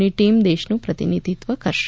ની ટીમ દેશનુ પ્રતિનિધિત્વ કરશે